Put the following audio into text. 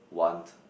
want